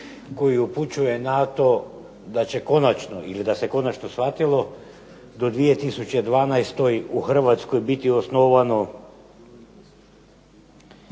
koji upućuje na to da će konačno ili da se konačno shvatilo do 2012. u Hrvatskoj biti osnovano